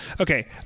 okay